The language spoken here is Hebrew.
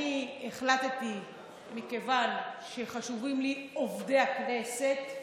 אני החלטתי, מכיוון שחשובים לי עובדי הכנסת,